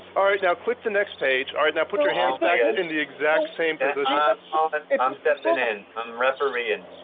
alright now, click the next page. alright now, put your hands back in the exact same position. ah ah brian i'm stepping in, i'm refereeing.